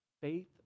Faith